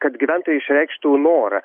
kad gyventojai išreikštų norą